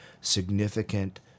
significant